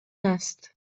است